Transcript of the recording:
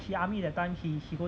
he army that time he he he go